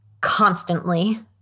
constantly